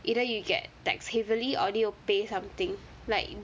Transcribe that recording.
either you get taxed heavily or need to pay something like